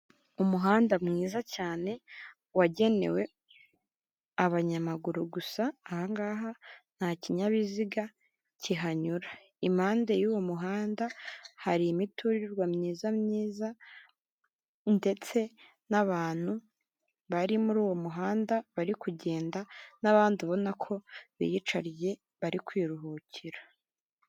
Umuhanda mwiza cyane wagenewe abanyamaguru gusa, ahangaha nta kinyabiziga kihanyura. Impande y'uwo muhanda hari imiturirwa myiza myiza ndetse n'abantu bari muri uwo muhanda bari kugenda, n'abandi ubona ko biyicariye bari kwiruhukira.